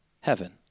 Heaven